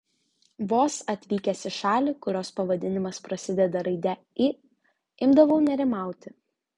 vos atvykęs į šalį kurios pavadinimas prasideda raide i imdavau nerimauti